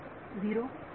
विद्यार्थी 0